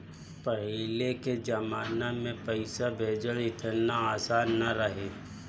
पहिले के जमाना में पईसा भेजल एतना आसान ना रहे